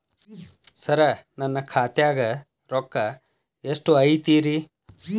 ಸರ ನನ್ನ ಖಾತ್ಯಾಗ ರೊಕ್ಕ ಎಷ್ಟು ಐತಿರಿ?